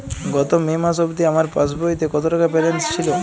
গত মে মাস অবধি আমার পাসবইতে কত টাকা ব্যালেন্স ছিল?